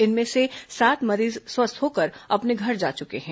इनमें से सात मरीज स्वस्थ होकर अपने घर जा चुके हैं